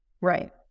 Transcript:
Right